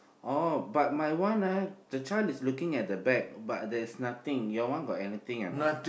oh but my one eh the child is looking at the bag but there's nothing your one got anything or not